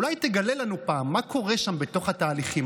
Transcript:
אולי תגלה לנו פעם מה קורה שם בתוך התהליכים.